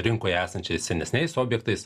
rinkoje esančiais senesniais objektais